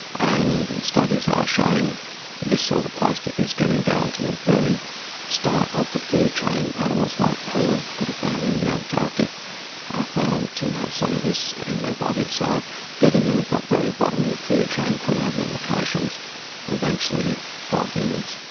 and studies are showing this sort of plastic is getting down to the very start of the food chain, animals like krill that are found in the antarctic are found to have some of this in their body. so getting in at that very bottom of and the food chain could have indications eventually for humans.